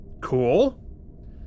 Cool